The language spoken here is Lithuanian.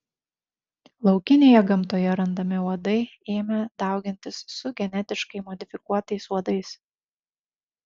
laukinėje gamtoje randami uodai ėmė daugintis su genetiškai modifikuotais uodais